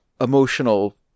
emotional